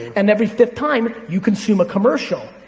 and every fifth time you consume a commercial.